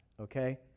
okay